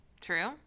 true